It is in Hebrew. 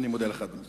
אני מודה לך, אדוני.